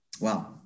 Wow